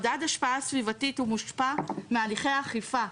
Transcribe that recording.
מדד השפעה סביבתית הוא מושפע מהליכי אכיפה.